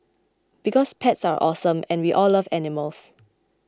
because pets are awesome and we all love animals